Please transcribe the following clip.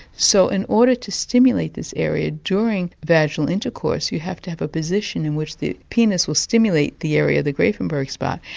so in order to stimulate this area during vaginal intercourse, you have to have a position in which the penis will stimulate the area, the grafenberg spot,